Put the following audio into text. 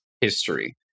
history